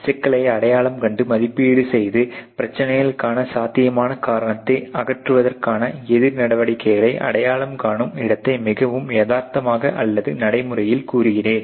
சிக்கலை அடையாளம் கண்டு மதிப்பீடு செய்து பிரச்சனைக்கான சாத்தியமான காரணத்தை அகற்றுவதற்கான எதிர் நடவடிக்கைகளை அடையாளம் காணும் இடத்தை மிகவும் யதார்த்தமாக அல்லது நடைமுறையில் கூறுகிறேன்